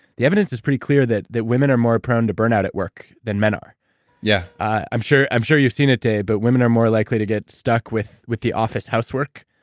the evidence is pretty clear that that women are more prone to burn out at work than men are yeah i'm sure i'm sure you've seen it too, but women are more likely to get stuck with with the office housework,